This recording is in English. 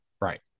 right